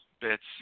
bits